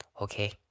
okay